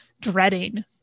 dreading